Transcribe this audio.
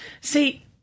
See